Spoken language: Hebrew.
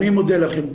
אני מודה לכם.